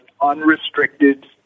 unrestricted